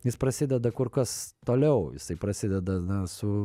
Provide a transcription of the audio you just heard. jis prasideda kur kas toliau jisai prasideda na su